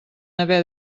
haver